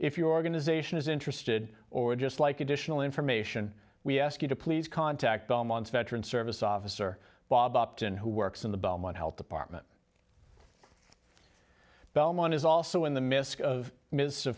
if your organization is interested or just like additional information we ask you to please contact belmont's veteran service officer bob upton who works in the belmont health department belmont is also in the midst of m